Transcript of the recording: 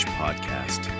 podcast